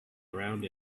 around